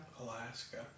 Alaska